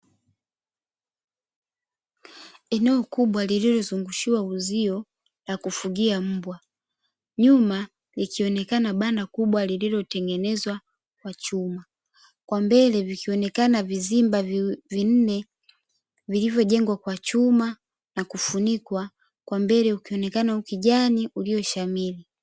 Eneo kubwa lililozungushiwa uzio la kufugia mbwa, nyuma likionekana banda kubwa lililotengenezwa kwa chuma, kwa mbele vikionekana vizimba vinne vilivyojengwa kwa chuma na kufunikwa kwa mbele ukionekana ukijani ulioshamiri.